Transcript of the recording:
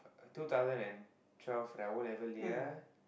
two thousand and twelve that o-level year